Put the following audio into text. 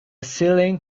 ceiling